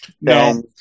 No